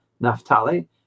Naphtali